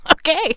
Okay